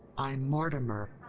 i'm mortimer.